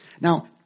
Now